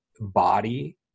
body